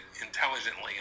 intelligently